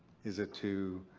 is it to.